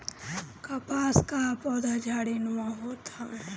कपास कअ पौधा झाड़ीनुमा होला